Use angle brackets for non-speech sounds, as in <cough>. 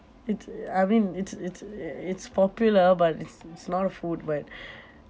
it's I mean it's it's <noise> it's popular but it's it's not a food but <breath>